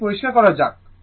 এটা পরিষ্কার করা যাক